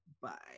Bye